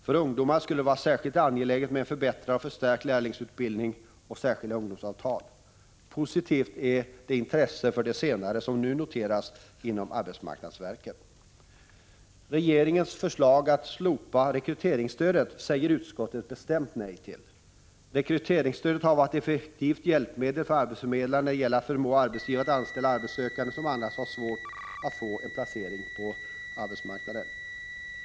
För ungdomarna skulle det vara särskilt angeläget med en förbättrad och förstärkt lärlingsutbildning och särskilda ungdomsavtal. Positivt är det intresse för det senare som nu noteras inom arbetsmarknadsverket. Regeringens förslag att slopa rekryteringsstödet säger utskottet bestämt nej till. Rekryteringsstödet har varit ett effektivt hjälpmedel för arbetsförmedlarna när det gäller att förmå arbetsgivare att anställa arbetssökande som annars har svårt att få placering på arbetsmarknaden.